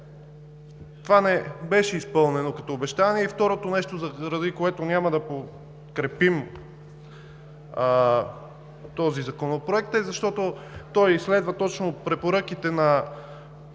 Това не беше изпълнено като обещание. Второто нещо, заради което няма да подкрепим този законопроект, е, защото той изследва точно препоръките по